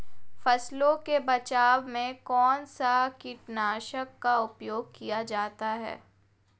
फसलों के बचाव में कौनसा कीटनाशक का उपयोग किया जाता है?